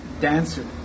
dancer